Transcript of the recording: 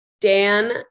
Dan